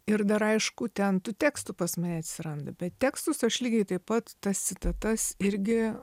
ir dar aišku ten tų tekstų pas mane atsiranda bet tekstus aš lygiai taip pat tas citatas irgi